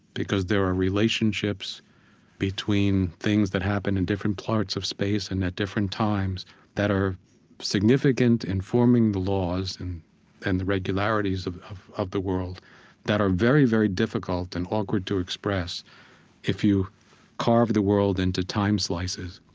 because there are relationships between things that happen in different parts of space and at different times that are significant in forming the laws and and the regularities of of the world that are very, very difficult and awkward to express if you carve the world into time slices,